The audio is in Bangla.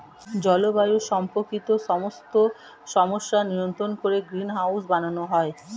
জলবায়ু সম্পর্কিত সমস্ত সমস্যা নিয়ন্ত্রণ করে গ্রিনহাউস বানানো হয়